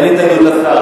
אין התנגדות לשר.